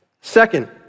Second